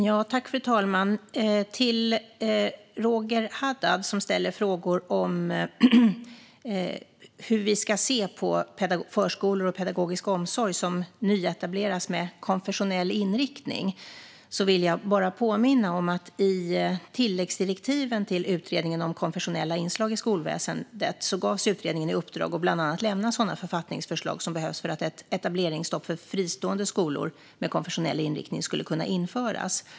Fru talman! Jag vill bara påminna Roger Haddad, som ställer frågor om hur vi ska se på förskolor och pedagogisk omsorg som nyetableras med konfessionell inriktning, om att i tilläggsdirektiv till Utredningen om konfessionella inslag i skolväsendet gavs utredningen i uppdrag att bland annat lämna sådana författningsförslag som behövs för att ett etableringsstopp för fristående skolor med konfessionell inriktning skulle kunna införas.